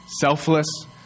Selfless